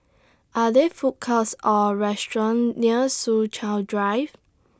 Are There Food Courts Or restaurants near Soo Chow Drive